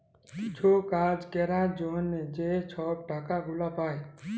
কিছু কাজ ক্যরার জ্যনহে যে ছব টাকা গুলা পায়